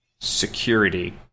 security